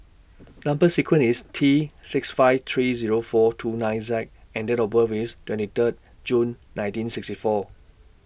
Number sequence IS T six five three Zero four two nine Z and Date of birth IS twenty Third June nineteen sixty four